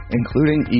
including